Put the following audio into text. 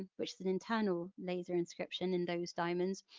which is an internal laser inscription in those diamonds,